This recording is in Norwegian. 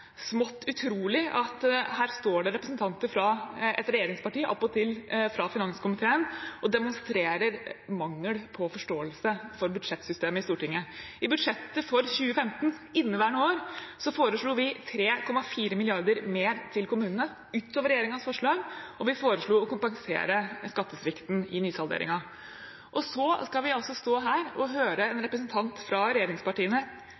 smått utrolig at her står det representanter fra et regjeringsparti, attpåtil fra finanskomiteen, og demonstrerer mangel på forståelse for budsjettsystemet i Stortinget. I budsjettet for 2015 – inneværende år – foreslo vi 3,4 mrd. kr mer til kommunene utover regjeringens forslag, og vi foreslo å kompensere skattesvikten i nysalderingen. Og så skal vi altså stå her og høre en representant fra regjeringspartiene